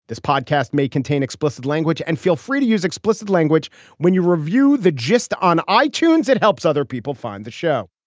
this podcast may contain explicit language and feel free to use explicit language when you review the gist on i-tunes, it helps other people find the show